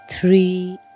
three